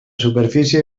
superfície